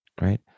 right